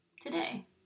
today